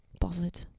Bothered